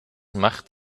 macht